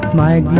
my